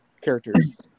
characters